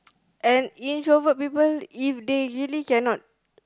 and introvert people if they really cannot